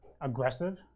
aggressive